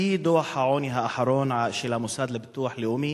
לפי דוח העוני האחרון של המוסד לביטוח לאומי,